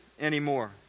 anymore